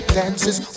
dances